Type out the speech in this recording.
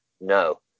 No